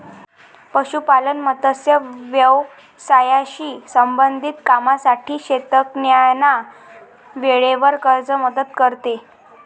पशुपालन, मत्स्य व्यवसायाशी संबंधित कामांसाठी शेतकऱ्यांना वेळेवर कर्ज मदत करते